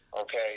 Okay